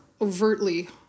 overtly